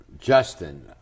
Justin